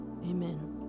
amen